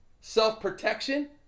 self-protection